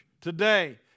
today